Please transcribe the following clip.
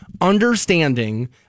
understanding